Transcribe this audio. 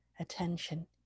attention